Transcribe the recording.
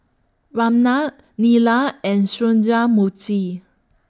Neila and Sundramoorthy